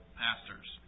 pastors